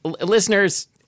Listeners